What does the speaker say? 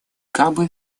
кабо